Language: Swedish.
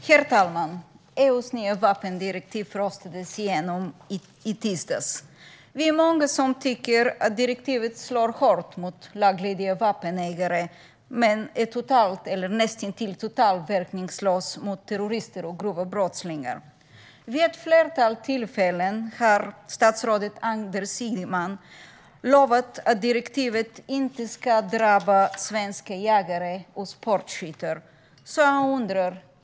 Herr talman! EU:s nya vapendirektiv röstades genom i tisdags. Vi är många som tycker att direktivet slår hårt mot laglydiga vapenägare samtidigt som det är näst intill verkningslöst mot terrorister och grova brottslingar. Vid ett flertal tillfällen har statsrådet Anders Ygeman lovat att direktivet inte ska drabba svenska jägare och sportskyttar.